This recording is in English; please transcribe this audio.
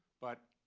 but